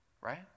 right